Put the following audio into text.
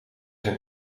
zijn